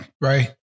right